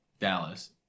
Dallas